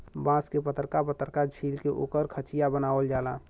बांस के पतरका पतरका छील के ओकर खचिया बनावल जाला